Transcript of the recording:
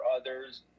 others